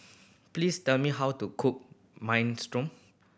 please tell me how to cook Minestrone